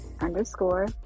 underscore